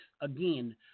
again